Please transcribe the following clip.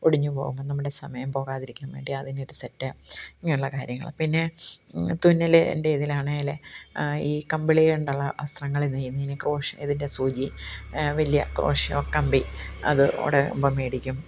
ഒടിഞ്ഞു പോകുമ്പം നമ്മുടെ സമയം പോകാതിരിക്കാൻ വേണ്ടി അതിന് ഒരു സെറ്റ് ഇങ്ങനെയുള്ള കാര്യങ്ങൾ പിന്നെ തുന്നൽ എന്റെ ഇതിലാണെങ്കിൽ ഈ കമ്പിളി കൊണ്ടുള്ള വസ്ത്രങ്ങൾ നെയ്യുന്നതിന് ക്രോഷ് ഇതിന്റെ സൂചി വലിയ ക്രോഷോ കമ്പി അത് ഓടുമ്പം മേടിക്കും